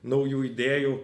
naujų idėjų